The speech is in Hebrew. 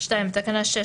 בתקנה 6,